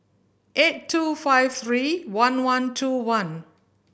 eight two five three one one two one